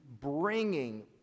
bringing